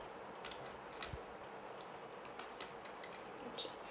okay